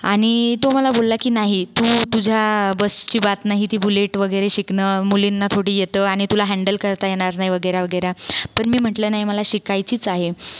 आणि तो मला बोलला की नाही तू तुझ्या बसची बात नाही ती बुलेट वगैरे शिकणं मुलींना थोडी येतं आणि तुला हँडल करता येणार नाही वगैरे वगैरे पण मी म्हटलं नाही मला शिकायचीच आहे